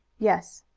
yes.